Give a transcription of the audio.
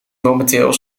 momenteel